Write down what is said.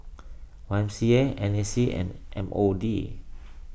Y M C A N A C and M O D